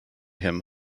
him